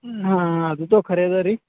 ಹಾಂ ಅದೂ ತೊ ಖರೆ ಅದ ರೀ